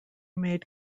made